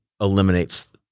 eliminates